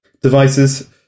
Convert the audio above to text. Devices